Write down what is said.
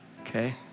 okay